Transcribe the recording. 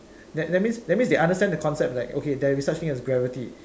that that means that means they understand the concept like okay there is such thing as gravity